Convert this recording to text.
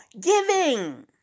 giving